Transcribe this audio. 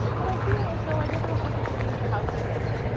that i feel as though i never wanted to leave the house again,